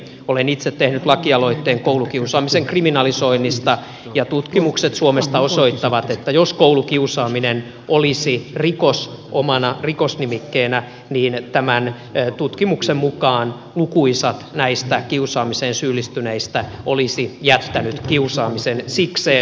olen itse tehnyt lakialoitteen koulukiusaamisen kriminalisoinnista ja tutkimukset suomesta osoittavat että jos koulukiusaaminen olisi rikos omana rikosnimikkeenä niin tämä nyt ei tutkimuksen mukaan lukuisat näistä kiusaamiseen syyllistyneistä olisivat jättäneet kiusaamisen sikseen